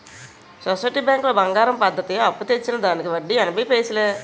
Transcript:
society బ్యాంకులో బంగారం పద్ధతి అప్పు తెచ్చిన దానికి వడ్డీ ఎనభై పైసలే